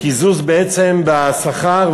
קיזוז בעצם בשכר,